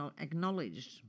acknowledged